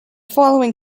following